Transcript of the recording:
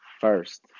first